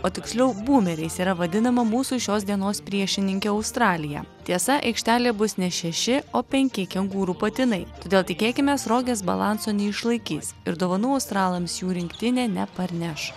o tiksliau būmeriais yra vadinama mūsų šios dienos priešininkė australija tiesa aikštelėj bus ne šeši o penki kengūrų patinai todėl tikėkimės rogės balanso neišlaikys ir dovanų australams jų rinktinė neparneš